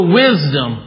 wisdom